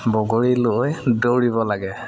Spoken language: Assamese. বগৰী লৈ দৌৰিব লাগে